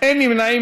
איימן עודה,